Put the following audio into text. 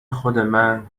خودمن